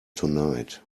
tonight